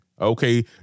okay